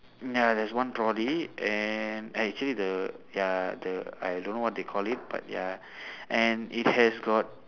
ya there's one trolley and actually the ya the I don't know what they call it but ya and it has got